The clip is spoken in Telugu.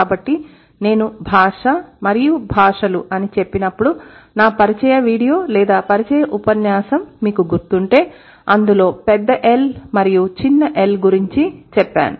కాబట్టి నేను భాష మరియు భాషలు అని చెప్పినప్పుడు నా పరిచయ వీడియో లేదా పరిచయ ఉపన్యాసం మీకు గుర్తుంటే అందులో పెద్ద L మరియు చిన్న l గురించి చెప్పాను